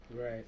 Right